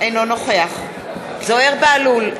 אינו נוכח זוהיר בהלול,